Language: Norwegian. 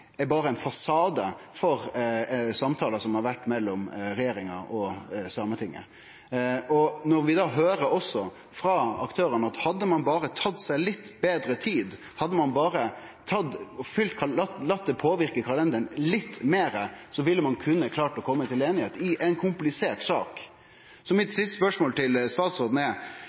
konsultasjonsordninga berre er ein fasade for samtalar som har vore mellom regjeringa og Sametinget. Når vi også høyrer frå aktørane at hadde ein berre tatt seg litt betre tid, hadde ein berre late det påverke kalenderen litt meir, ville ein kunne klart å kome til einigheit i ei komplisert sak. Så mitt siste spørsmål til statsråden er: